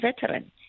veteran